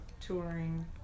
touring